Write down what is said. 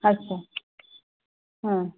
আচ্ছা হুম